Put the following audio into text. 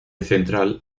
central